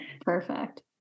Perfect